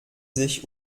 sich